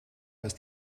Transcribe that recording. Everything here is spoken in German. ist